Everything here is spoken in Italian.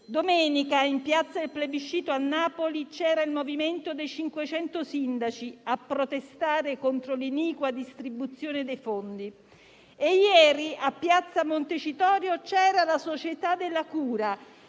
Domenica, in piazza del Plebiscito, a Napoli, c'era il movimento dei 500 sindaci a protestare contro l'iniqua distribuzione dei fondi e ieri, a piazza Montecitorio, c'era la Società della cura: